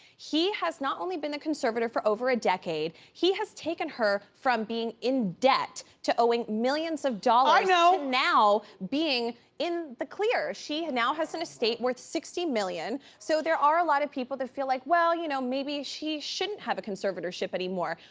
he has not only been the conservator for over a decade. he has taken her from being in debt to owing millions of dollars to so now being in the clear. she now has an estate worth sixty million. so there are a lot of people that feel like, well, you know maybe she shouldn't have a conservatorship anymore.